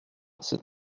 c’est